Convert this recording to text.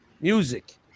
music